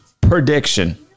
prediction